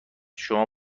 شما